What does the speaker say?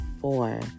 four